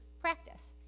practice